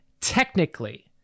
technically